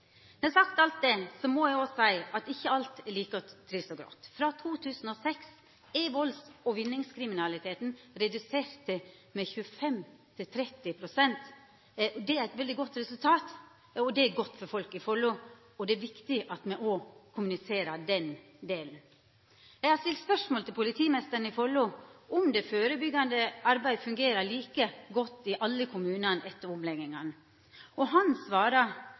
alt det, må eg òg seia at alt er ikkje like trist og grått. Frå 2006 er valds- og vinningskriminaliteten redusert med 25–30 pst. Det er eit veldig godt resultat, og det er godt for folk i Follo. Det er viktig at me òg kommuniserer den delen. Eg har stilt spørsmål til politimeisteren i Follo ved om det førebyggjande arbeidet fungerer like godt i alle kommunane etter omleggingane. Han svarar